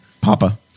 Papa